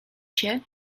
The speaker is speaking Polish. się